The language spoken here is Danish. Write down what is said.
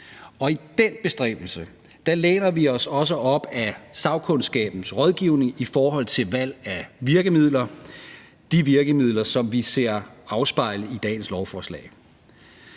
i den bestræbelse læner vi os også op ad sagkundskabens rådgivning i forhold til valg af virkemidler – de virkemidler, som vi ser afspejlet i dagens lovforslag.